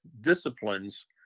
disciplines